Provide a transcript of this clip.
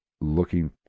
looking